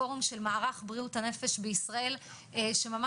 פורום של מערך בריאות הנפש בישראל שממש